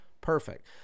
Perfect